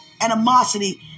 animosity